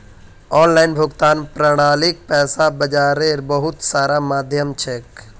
online भुगतान प्रणालीक पैसा बाजारेर बहुत सारा माध्यम छेक